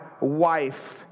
wife